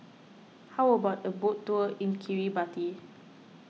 how about a boat tour in Kiribati